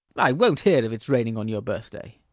i won't hear of its raining on your birthday!